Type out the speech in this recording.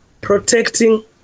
protecting